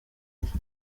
nshya